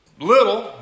little